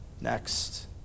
Next